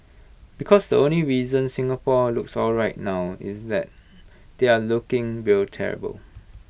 because the only reason Singapore looks alright now is that they are looking real terrible